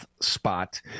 spot